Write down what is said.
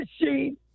Machine